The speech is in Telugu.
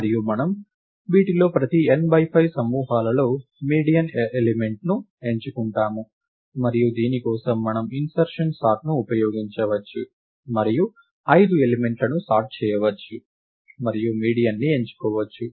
మరియు మనము వీటిలో ప్రతి n5 సమూహాల లో మీడియన్ ఎలిమెంట్ ను ఎంచుకుంటాము మరియు దీని కోసం మనం ఇన్సర్షన్ సార్ట్ ని ఉపయోగించవచ్చు మరియు 5 ఎలిమెంట్లను సార్ట్ చేయవచ్చు మరియు మీడియన్ ని ఎంచుకోవచ్చు